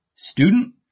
Student